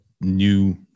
new